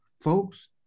Folks